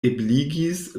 ebligis